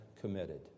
committed